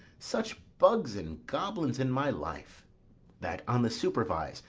such bugs and goblins in my life that, on the supervise,